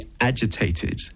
agitated